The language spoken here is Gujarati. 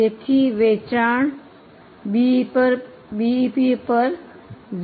તેથી વેચાણ BEP પર 0